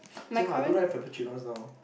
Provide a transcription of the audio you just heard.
ya I don't like frappuccinos now